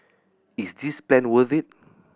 is this plan worth it